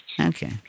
Okay